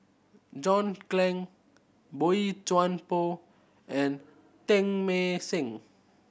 John Clang Boey Chuan Poh and Teng Mah Seng